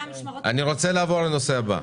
לגבי